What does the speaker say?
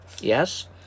Yes